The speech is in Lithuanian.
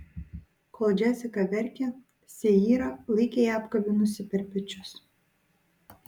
kol džesika verkė seira laikė ją apkabinusi per pečius